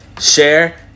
share